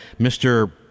Mr